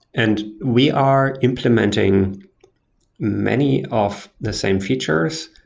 and we are implementing many of the same features,